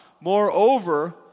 Moreover